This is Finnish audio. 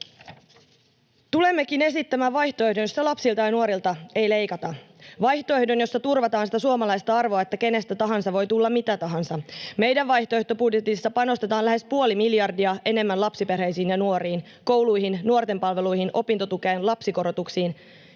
Tulemmekin esittämään vaihtoehdon, jossa lapsilta ja nuorilta ei leikata. Vaihtoehdon, jossa turvataan sitä suomalaista arvoa, että kenestä tahansa voi tulla mitä tahansa. Meidän vaihtoehtobudjetissa panostetaan lähes puoli miljardia enemmän lapsiperheisiin ja nuoriin, kouluihin, nuorten palveluihin, opintotukeen, lapsikorotuksiin